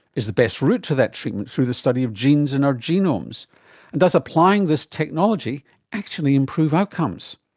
is the best route to that treatment through the study of genes and our genomes does applying this technology actually improve outcomes?